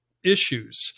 issues